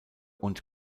und